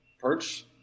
perch